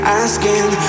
asking